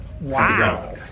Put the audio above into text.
Wow